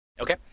okay